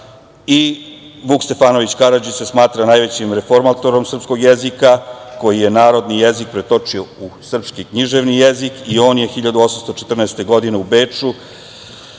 Vuk Stefanović Karadžić se smatra najvećim reformatorom srpskog jezika, koji je narodni jezik pretočio u srpski književni jezik i on je 1814. godine u Beču